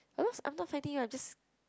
I'm not fighting ah I'm just